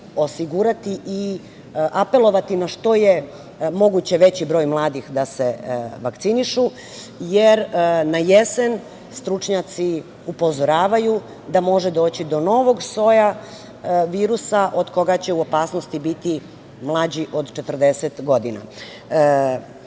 osigurati i apelovati na što je moguće veći broj mladih da se vakcinišu, jer na jesen stručnjaci upozoravaju da može doći do novog soja virusa, od koga će u opasnosti biti mlađi od 40 godina. Pitam,